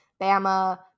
bama